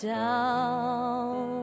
down